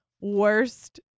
worst